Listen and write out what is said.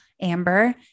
Amber